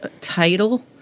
title